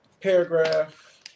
paragraph